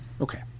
okay